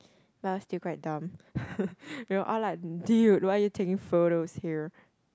but still quite dumb we were all like dude why are you taking photos here